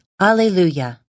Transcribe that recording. Alleluia